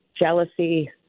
jealousy